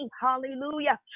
hallelujah